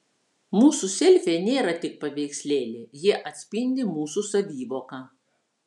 mūsų selfiai nėra tik paveikslėliai jie atspindi mūsų savivoką